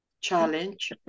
challenge